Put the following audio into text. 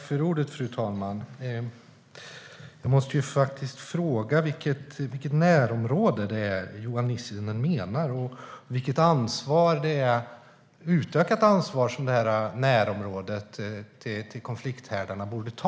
Fru talman! Jag måste fråga: Vilket närområde menar Johan Nissinen, och vilket utökat ansvar borde detta närområde vid konflikthärdar ta?